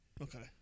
Okay